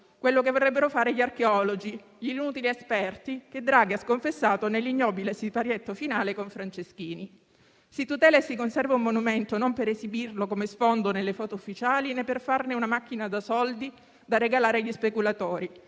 quello che dovrebbero fare gli archeologi, gli inutili esperti che Draghi ha sconfessato nell'ignobile siparietto finale con Franceschini. Si tutela e si conserva un monumento, non per esibirlo come sfondo nelle foto ufficiali né per farne una macchina da soldi da regalare agli speculatori,